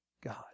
God